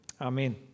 Amen